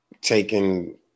taking